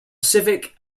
civic